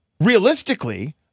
Realistically